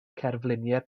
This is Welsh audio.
cerfluniau